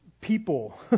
people